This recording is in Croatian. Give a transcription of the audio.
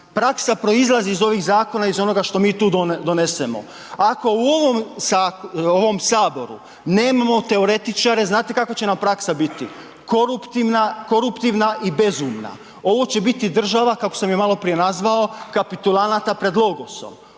praksa proizlazi iz ovih zakona, iz onoga što mi tu donesemo. Ako u ovom HS nemamo teoretičare, znate kakva će nam praksa biti? Koruptivna, koruptivna i bezumna. Ovo će biti država kako sam je maloprije nazvao, kapitulanata pred logosom,